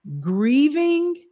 grieving